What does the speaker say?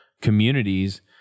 communities